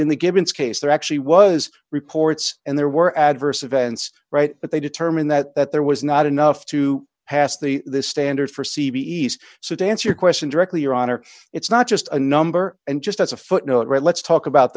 in the given case there actually was reports and there were adverse events right but they determined that there was not enough to hass the standard for c b s so to answer your question directly your honor it's not just a number and just as a footnote right let's talk about